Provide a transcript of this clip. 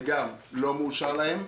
וגם זה לא מאושר להם.